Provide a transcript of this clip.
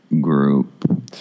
group